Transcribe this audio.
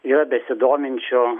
yra besidominčių